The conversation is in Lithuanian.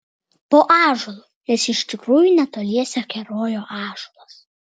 po ąžuolu nes iš tikrųjų netoliese kerojo ąžuolas